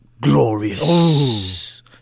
Glorious